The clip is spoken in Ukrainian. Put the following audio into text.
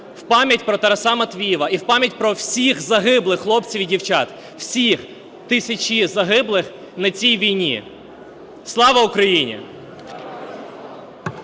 в пам'ять про Тараса Матвіїва і в пам'ять про всіх загиблих хлопців і дівчат, всіх тисяч загиблих на цій війні. Слава Україні!